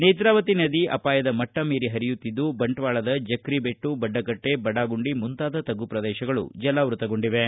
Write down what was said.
ನೇತ್ರಾವತಿ ನದಿ ಅಪಾಯದ ಮಟ್ಟ ಮೀರಿ ಪರಿಯುತ್ತಿದ್ದು ಬಂಟ್ವಾಳದ ಜಕ್ರಿಬೆಟ್ಸು ಬಡ್ಡಕಟ್ಟೆ ಬಡಾಗುಂಡಿ ಮುಂತಾದ ತಗ್ಗು ಪ್ರದೇಶಗಳು ಜಲಾವ್ಯತಗೊಂಡಿವೆ